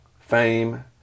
fame